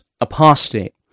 apostate